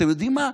אתם יודעים מה,